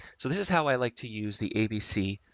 so this is how i like to use the abc.